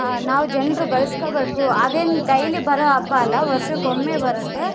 ನಾವು ಜನರು ಬಳಸ್ಕೊಬೇಕು ಅದೇನು ಡೈಲಿ ಬರೊ ಹಬ್ಬ ಅಲ್ಲ ವರ್ಷಕ್ಕೆ ಒಮ್ಮೆ ಬರುತ್ತೆ